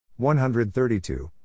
132